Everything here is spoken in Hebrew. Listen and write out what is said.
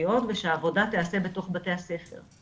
החינוכיות ושהעבודה תיעשה בתוך בתי הספר.